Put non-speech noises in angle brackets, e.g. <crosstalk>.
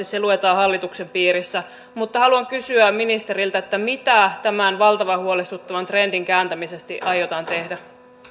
<unintelligible> se luetaan hallituksen piirissä mutta haluan kysyä ministeriltä mitä tämän valtavan huolestuttavan trendin kääntämiseksi aiotaan tehdä arvoisa